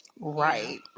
right